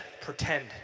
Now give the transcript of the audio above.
pretend